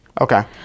Okay